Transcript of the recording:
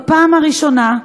בפעם הראשונה,